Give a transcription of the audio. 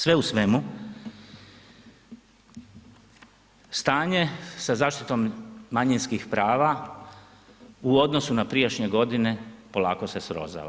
Sve u svemu, stanje sa zaštitom manjinskih prava u odnosu na prijašnje godine polako se srozava.